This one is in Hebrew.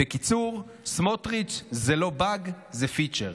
בקיצור, סמוטריץ', זה לא באג, זה פיצ'ר.